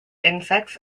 insects